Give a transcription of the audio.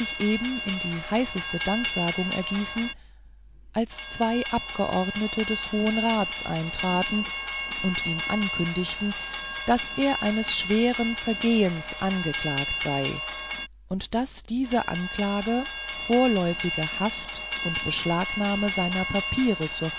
in die heißesten danksagungen ergießen als zwei abgeordnete des hohen rats eintraten und ihm ankündigten daß er eines schweren vergehens angeklagt sei und daß diese anklage vorläufige haft und beschlagnahme seiner papiere zur